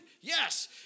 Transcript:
Yes